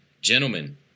Gentlemen